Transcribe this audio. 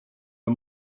the